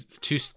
two